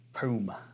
Boom